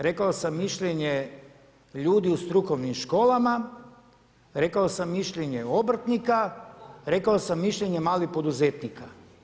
Rekao sam mišljenje ljudi u strukovnim školama, rekao sam mišljenje obrtnika, rekao sam mišljenje malih poduzetnika.